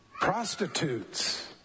prostitutes